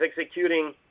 executing